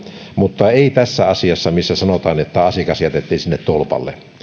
mutta ei tässä asiassa kun hän sanoi että asiakas jätettiin sinne tolpalle